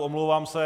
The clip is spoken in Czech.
Omlouvám se.